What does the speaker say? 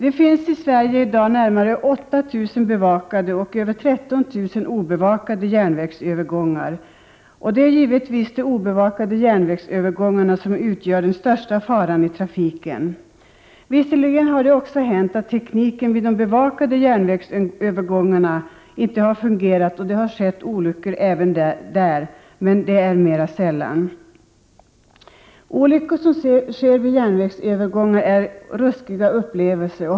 Det finns i Sverige i dag närmare 8 000 bevakade och över 13 000 obevakade järnvägsövergångar. Det är givetvis de obevakade järnvägsövergångarna som utgör den största faran i trafiken. Visserligen har det också hänt att tekniken vid de bevakade järnvägsövergångarna inte har fungerat och det har skett olyckor även där, men det är mer sällan. Olyckor som sker vid järnvägsövergångar är ruskiga upplevelser.